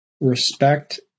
respect